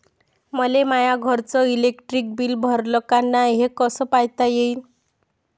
मले माया घरचं इलेक्ट्रिक बिल भरलं का नाय, हे कस पायता येईन?